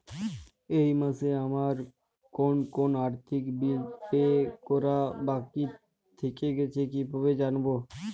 এই মাসে আমার কোন কোন আর্থিক বিল পে করা বাকী থেকে গেছে কীভাবে জানব?